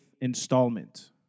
installment